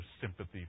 sympathy